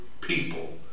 people